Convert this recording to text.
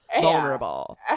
vulnerable